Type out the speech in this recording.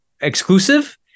exclusive